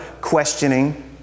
Questioning